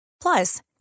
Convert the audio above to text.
Plus